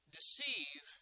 deceive